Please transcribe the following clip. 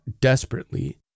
desperately